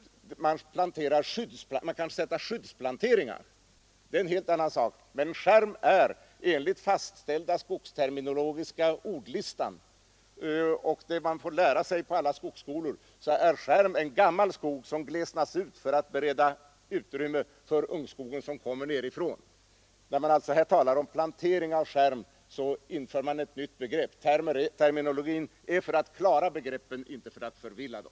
Man kan sätta skyddsplanteringar, men det är en helt annan sak. Skärm är enligt den fastställda skogsterminologiska ordlistan, som man får lära sig på alla skogsskolor, en gammal skog som glesnas ut för att bereda utrymme för ungskogen som kommer nerifrån. När man alltså här talar om plantering av skärm, inför man ett nytt begrepp. Terminologin är till för att klara begreppen, inte för att förvilla dem.